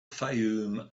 fayoum